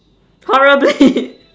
horribly